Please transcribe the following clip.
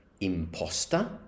imposter